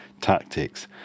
tactics